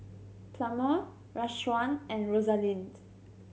Plummer Rashawn and Rosalind